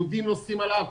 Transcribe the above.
יהודים נוסעים עליו,